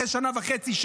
אחרי שנה וחצי,